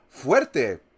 fuerte